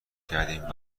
کردیم